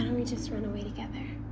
and we just run away together?